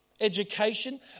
education